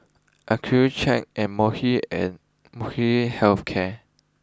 Accucheck an and Molnylcke health care